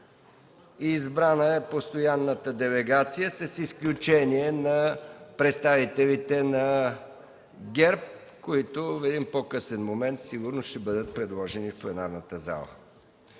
Избрана е постоянната делегация, с изключение на представителите на ГЕРБ, които в един по-късен момент сигурно ще бъдат предложени в пленарната зала.